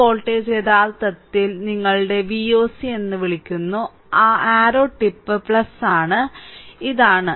ഈ വോൾട്ടേജ് യഥാർത്ഥത്തിൽ ഈ വോൾട്ടേജ് നിങ്ങളുടെ Voc എന്ന് വിളിക്കുന്നു ആ അർരൌ ടിപ്പ് ആണ് ഇതാണ്